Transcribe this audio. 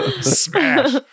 Smash